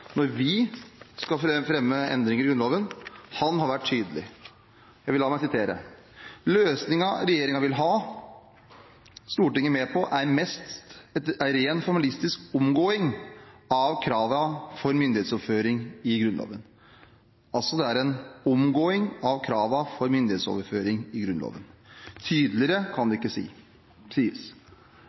når vi skal fremme endringer i Grunnloven, har vært tydelig. La meg sitere: «Løysinga regjeringa vil ha Stortinget med på er mest ei reint formalistisk omgåing av krava for myndigheitsoverføring i Grunnlova.» Det er altså en «omgåing av krava for myndigheitsoverføring i Grunnlova». Tydeligere kan det ikke sies.